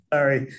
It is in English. Sorry